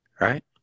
Right